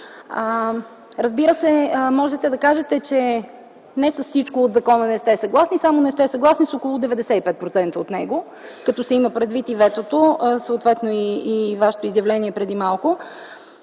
Разбира се, можете да кажете, че не с всичко от закона не сте съгласни, само не сте съгласни с около 95% от него, като се има предвид и ветото, а съответно и Вашето изявление преди малко.